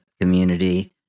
community